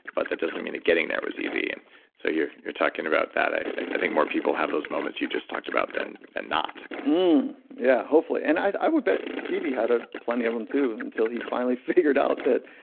but that doesn't mean that getting there was easy and so you're you're talking about that. i think more people have those moments you just talked about than not yeah, hopefully. and i would bet stevie had ah plenty of them too until he finally figured out that,